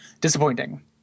Disappointing